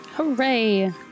Hooray